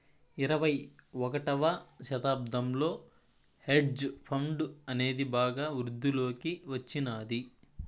ఇరవై ఒకటవ శతాబ్దంలో హెడ్జ్ ఫండ్ అనేది బాగా వృద్ధిలోకి వచ్చినాది